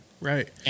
Right